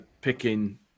picking